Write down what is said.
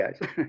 guys